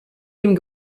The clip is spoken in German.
dem